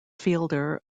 fielder